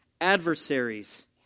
Adversaries